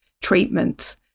treatment